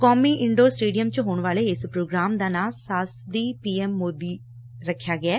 ਕੌਮੀ indoor stadium ਚ ਹੋਣ ਵਾਲੇ ਇਸ ਪ੍ਰੋਗਰਾਮ ਦਾ ਨਾਂ ਸਾਵਸਦੀ ਪੀ ਐਮ ਸੌਦੀ ਐ